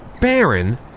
Baron